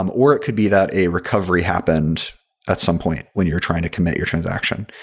um or it could be that a recovery happened at some point when you're trying to commit your transaction.